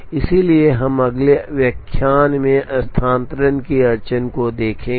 इसलिए हम अगले व्याख्यान में स्थानांतरण की अड़चन को देखेंगे